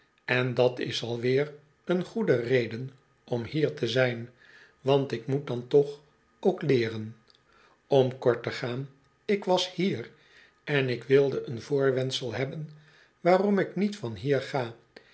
en dat is alweer een goede reden om hier te zijn want ik moet dan toch ook leeren om kort te gaan ik was hier en ik wilde een voorwendsel hebben waarom ik niet van hier ga